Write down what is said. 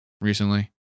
recently